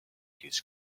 his